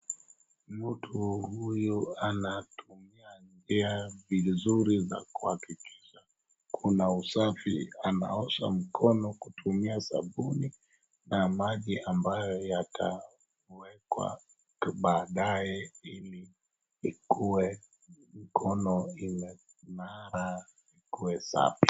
Mtu huyu aanatumia njia vizuri ya kuhakikisha kuna usafi, anaosha mkono kutumia sabuni na maji ambayo yatawekwa baadaye ili ikuwe mkono imeng'ara ikuwe safi.